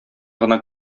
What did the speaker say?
гына